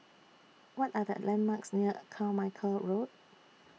What Are The landmarks near Carmichael Road